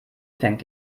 fängt